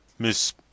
Miss